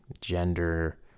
gender